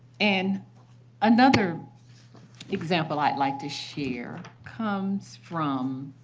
and another example i'd like to share comes from